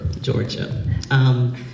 Georgia